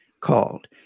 called